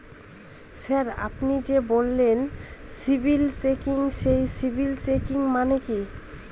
Sir আপনি যে বললেন সিবিল চেকিং সেই সিবিল চেকিং মানে কি?